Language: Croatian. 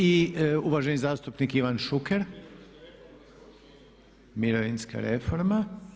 I uvaženi zastupnik Ivan Šuker. … [[Upadica se ne čuje.]] Mirovinska reforma.